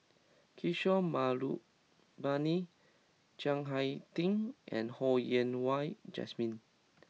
Kishore Mahbubani Chiang Hai Ding and Ho Yen Wah Jesmine